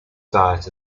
diet